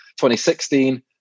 2016